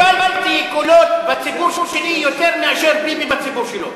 אני קיבלתי קולות בציבור שלי יותר מאשר ביבי בציבור שלו.